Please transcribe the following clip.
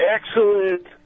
Excellent